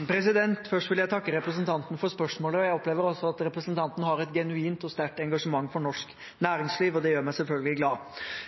Først vil jeg takke representanten for spørsmålet. Jeg opplever også at representanten har et genuint og sterkt engasjement for norsk